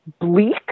bleak